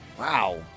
Wow